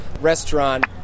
restaurant